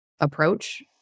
approach